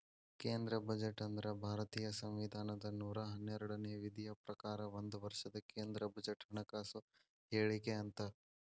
ಕೇಂದ್ರ ಬಜೆಟ್ ಅಂದ್ರ ಭಾರತೇಯ ಸಂವಿಧಾನದ ನೂರಾ ಹನ್ನೆರಡನೇ ವಿಧಿಯ ಪ್ರಕಾರ ಒಂದ ವರ್ಷದ ಕೇಂದ್ರ ಬಜೆಟ್ ಹಣಕಾಸು ಹೇಳಿಕೆ ಅಂತ